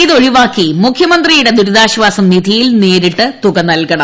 അത് ഒഴിവാക്കി മുഖ്യമന്ത്രിയുടെ ദുരിതാശ്ചാസ നിധിയിൽ നേരിട്ട് തുക നൽകണം